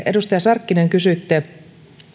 edustaja sarkkinen kysyitte